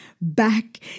back